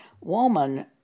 woman